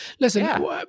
Listen